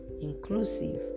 inclusive